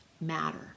matter